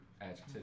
adjective